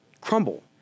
crumble